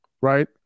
right